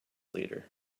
leader